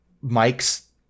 Mike's